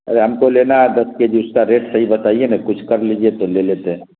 ارے ہم کو لینا ہے دس کے جی اس کا ریٹ صحیح بتائیے نا کچھ کر لیجیے تو لے لیتے ہیں